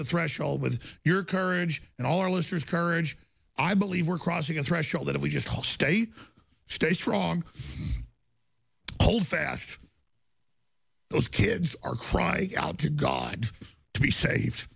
a threshold with your courage and all our listeners courage i believe we're crossing the threshold that if we just all state stay strong hold fast those kids are crying out to god to be safe